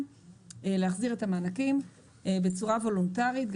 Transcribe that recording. להחזיר את המענקים בצורה וולונטרית.